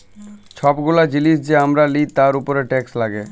ছব গুলা জিলিস যে আমরা লিই তার উপরে টেকস লাগ্যে